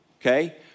okay